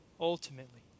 ultimately